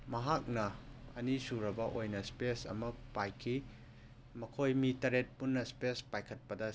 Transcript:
ꯃꯍꯥꯛꯅ ꯑꯅꯤ ꯁꯨꯔꯕ ꯑꯣꯏꯅ ꯏꯁꯄꯦꯁ ꯑꯃ ꯄꯥꯏꯈꯤ ꯃꯈꯣꯏ ꯃꯤ ꯇꯔꯦꯠ ꯄꯨꯟꯅ ꯏꯁꯄꯦꯁ ꯄꯥꯏꯈꯠꯄꯗ